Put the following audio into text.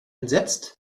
entsetzt